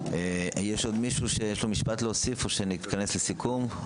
יש עוד מישהו שיש לו משפט להוסיף או שנתכנס לסיכום?